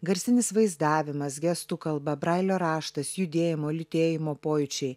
garsinis vaizdavimas gestų kalba brailio raštas judėjimo lytėjimo pojūčiai